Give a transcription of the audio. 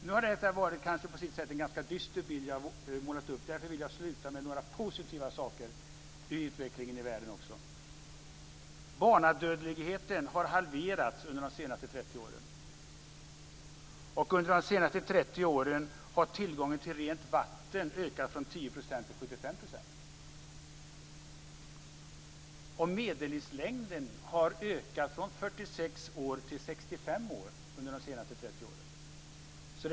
Nu har det på sätt och vis varit en ganska dyster bild som jag har målat upp, och därför vill jag sluta med några positiva saker i fråga om utvecklingen i världen. Barnadödligheten har halverats under de senaste 30 åren. Tillgången till rent vatten har ökat från 10 % till 75 % under de senaste 30 åren. Medellivslängden har ökat från 46 år till 65 år under de senaste 30 åren.